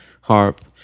harp